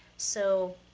so